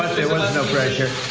there was no pressure.